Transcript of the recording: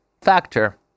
factor